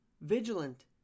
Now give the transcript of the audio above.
vigilant